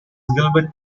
gilbert